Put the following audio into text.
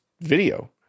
video